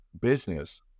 business